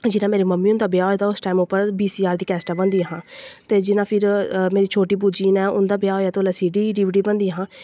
जिस टैम दा मेरे मम्मी दा ब्याह् होऐ दा उस टैम बी सी आर दी कैस्टां बनदियां हां तोे जि'यां फिर मेरी छोटी बू जी न जिसलै उं'दा ब्याह् होया गां उसलै D B D C D बनदियां हां